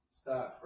Start